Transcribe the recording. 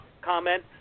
comment